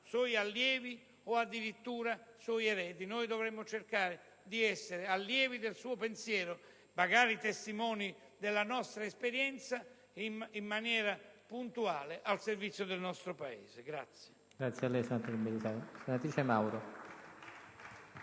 suoi allievi o addirittura suoi eredi. Dovremo cercare di essere allievi del suo pensiero, magari testimoni della nostra esperienza, in maniera puntuale al servizio del nostro Paese.